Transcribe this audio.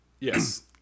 Yes